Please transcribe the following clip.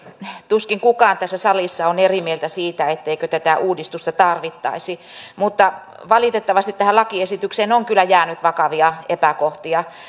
tuskin kukaan tässä salissa on eri mieltä siitä etteikö tätä uudistusta tarvittaisi mutta valitettavasti tähän lakiesitykseen on kyllä jäänyt vakavia epäkohtia